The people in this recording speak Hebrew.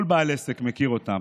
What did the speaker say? כל בעל עסק מכיר אותם,